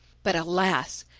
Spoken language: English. but alas!